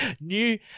new